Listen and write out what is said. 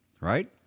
right